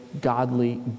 godly